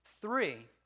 Three